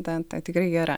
ten ta tikrai gera